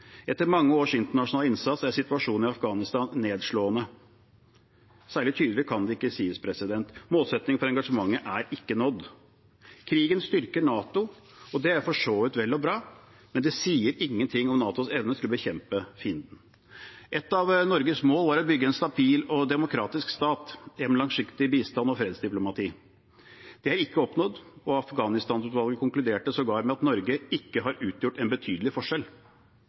mange års internasjonal innsats er situasjonen i Afghanistan nedslående.» Særlig tydeligere kan det ikke sies. Målsettingen for engasjementet er ikke nådd. Krigen styrker NATO, og det er for så vidt vel og bra, men det sier ingen ting om NATOs evne til å bekjempe fienden. Et av Norges mål var å bygge en stabil og demokratisk stat gjennom langsiktig bistand og fredsdiplomati. Det er ikke oppnådd. Afghanistan-utvalget konkluderte sågar med at Norge ikke har utgjort en betydelig forskjell.